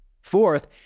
Fourth